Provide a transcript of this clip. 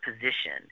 position